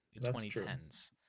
2010s